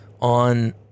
On